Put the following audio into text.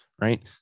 right